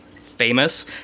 famous